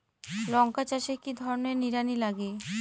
লঙ্কা চাষে কি ধরনের নিড়ানি লাগে?